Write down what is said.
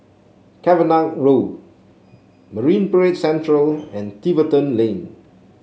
Cavenagh Road Marine Parade Central and Tiverton Lane